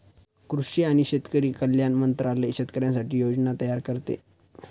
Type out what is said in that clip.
कृषी आणि शेतकरी कल्याण मंत्रालय शेतकऱ्यांसाठी योजना तयार करते